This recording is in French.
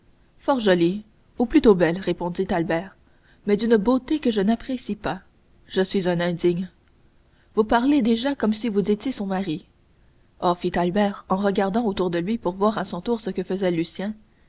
fort jolie ou plutôt fort belle répondit albert mais d'une beauté que je n'apprécie pas je suis un indigne vous en parlez déjà comme si vous étiez son mari oh fit albert en regardant autour de lui pour voir à son tour ce que faisait lucien